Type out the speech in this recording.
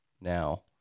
now